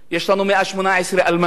יש לנו 118 אלמנות.